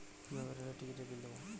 কিভাবে রেলের টিকিটের বিল দেবো?